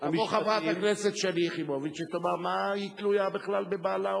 תבוא חברת הכנסת שלי יחימוביץ ותאמר: מה היא תלויה בכלל בבעלה?